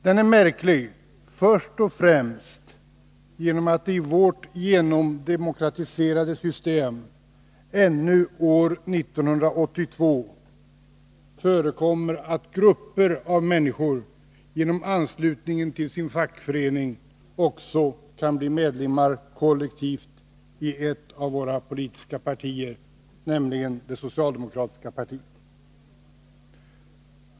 Den är märklig först och främst genom att det i vårt genomdemokratiserade system ännu år 1982 förekommer att grupper av människor genom anslutningen till sin fackförening också kan bli medlemmar kollektivt i ett av våra politiska partier, nämligen det socialdemokratiska partiet.